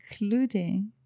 including